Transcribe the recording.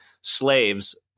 slaves